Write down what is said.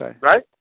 Right